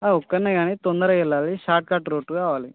ఒక్కడినే కానీ తొందరగా వెళ్ళాలి షార్ట్కట్ రూట్ కావాలి